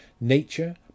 Nature